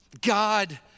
God